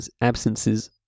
absences